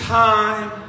time